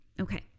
Okay